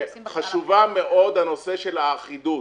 חשובה מאוד הנושא של האחידות.